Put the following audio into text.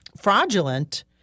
fraudulent